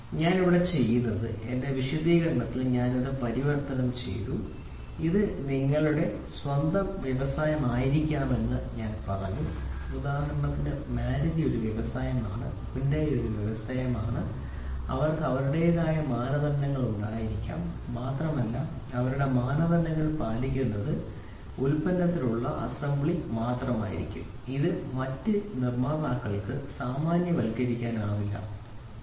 അതിനാൽ ഇവിടെ ഞാൻ ചെയ്തത് എന്റെ വിശദീകരണത്തിൽ ഞാൻ ഇത് പരിവർത്തനം ചെയ്തു ഇത് നിങ്ങളുടെ സ്വന്തം വ്യവസായമായിരിക്കാമെന്ന് ഞാൻ പറഞ്ഞു ഉദാഹരണത്തിന് മാരുതി ഒരു വ്യവസായമാണ് ഹ്യുണ്ടായ് ഒരു വ്യവസായമാണ് അവർക്ക് അവരുടെതായ മാനദണ്ഡങ്ങൾ ഉണ്ടായിരിക്കാം മാത്രമല്ല അവരുടെ മാനദണ്ഡങ്ങൾ പാലിക്കുന്നത് അവരുടെ ഉൽപ്പന്നത്തിനുള്ളിലെ അസംബ്ലി മാത്രം ഇത് മറ്റ് നിർമ്മാതാക്കൾക്ക് സാമാന്യവൽക്കരിക്കാനാവില്ല ശരിയാണ്